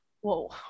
Whoa